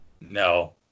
No